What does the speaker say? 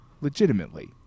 legitimately